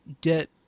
get